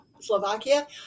Slovakia